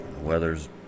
Weather's